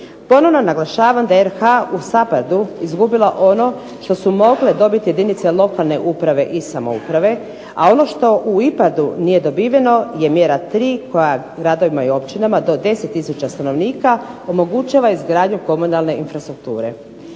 Ponovno naglašavam da je RH u SAPHARD-u izgubila ono što su mogle dobiti jedinice lokalne uprave i samouprave, a ono što u IPARD-u nije dobiveno je mjera 3. koja gradovima i općinama do 10 tisuća stanovnika omogućava izgradnju komunalne infrastrukture.